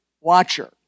watcher